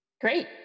Great